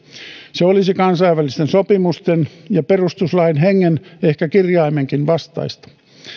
se olisi kansainvälisten sopimusten ja perustuslain hengen ehkä kirjaimenkin vastaista